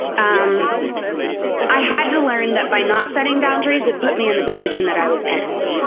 um i had to learn that by not setting boundaries it put me in the position that i was in.